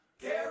Carry